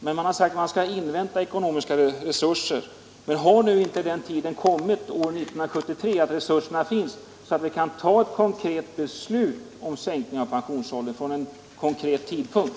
Man har sagt att man vill invänta ekonomiska resurser, men har inte den tiden kommit år 1973 att resurserna finns, så att vi kan ta ett konkret beslut om sänkning av pensionsåldern från en bestämd tidpunkt?